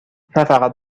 فقط